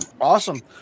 Awesome